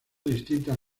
distintas